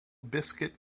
biscuit